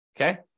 Okay